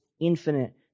infinite